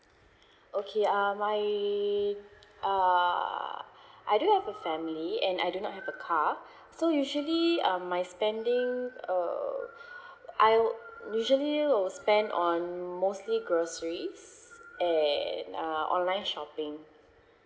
okay uh my uh I don't have a family and I do not have a car so usually um my spending uh I would usually will spend on mostly groceries and uh online shopping